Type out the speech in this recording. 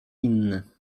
inny